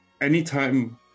anytime